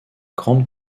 grandes